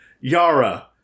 Yara